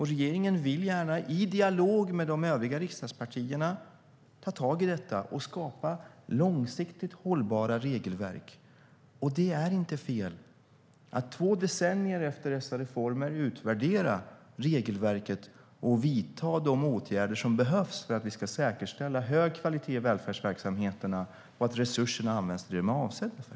Regeringen vill gärna ta tag i detta i dialog med de övriga riksdagspartierna och skapa långsiktigt hållbara regelverk. Det är inte fel att två decennier efter dessa reformer utvärdera regelverket och vidta de åtgärder som behövs för att vi ska säkerställa att kvaliteten är hög i välfärdsverksamheterna och att resurserna används till det som de är avsedda för.